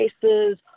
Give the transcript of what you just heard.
cases